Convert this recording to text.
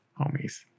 homies